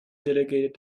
delegated